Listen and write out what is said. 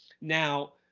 Now